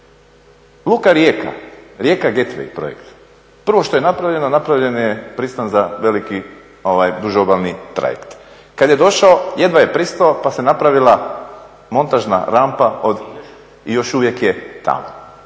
Luka Rijeka, Rijeka Gateway projekt, prvo što je napravljeno napravljen je pristan za veliki duž obalni trajekt. Kada je došao, jedva je pristao pa se napravila montažna rampa od, i još uvijek je tamo.